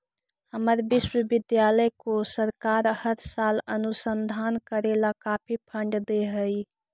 हमर विश्वविद्यालय को सरकार हर साल अनुसंधान करे ला काफी फंड दे हई